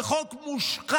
זה חוק מושחת.